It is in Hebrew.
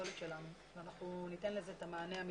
הפסולת שלנו ואנחנו ניתן לזה את המענה המתבקש.